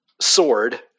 sword